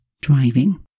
driving